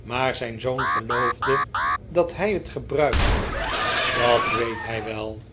maar zijn zoon geloofde dat hij het gebruikte dat weet hij wel